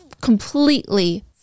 completely